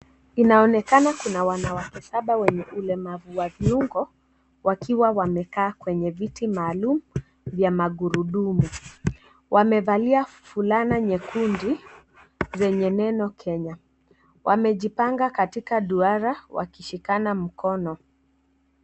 Inaonekana kuna wanawake saba wenye ulemavu wa viungo wakiwa wamekaa kwenye viti maalum ya magurudumu wamevalia fulana nyekundu zenye neno Kenya wamejipanga katika duara wakishikana mkono.